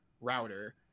router